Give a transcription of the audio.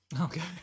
Okay